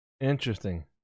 Interesting